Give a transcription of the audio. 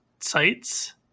sites